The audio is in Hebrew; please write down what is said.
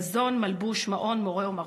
מזון, מלבוש, מעון, מורה ומרפא.